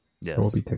yes